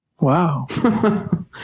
Wow